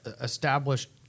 established –